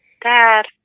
Dad